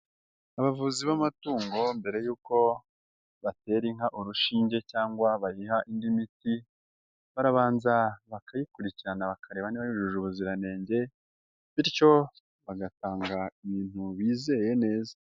Abavuzi b'amatungo mbere yuko batera inka urushinge cyangwa bayiha indi miti, barabanza bakayikurikirana bakareba niba yujuje ubuziranenge bityo bagatanga ibintu bizeye neza.